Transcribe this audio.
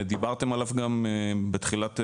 ודיברתם עליו גם בתחילת דבריכם,